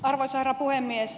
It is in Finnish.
arvoisa herra puhemies